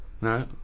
No